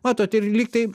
matot ir lyg tai